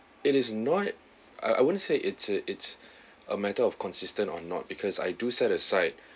it is not I I wouldn't say it's a it's a matter of consistent or not because I do set aside